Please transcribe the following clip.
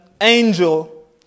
angel